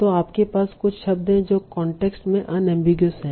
तो आपके पास कुछ शब्द हैं जो कांटेक्स्ट में अनएमबीगुइस हैं